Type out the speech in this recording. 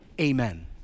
amen